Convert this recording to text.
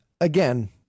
again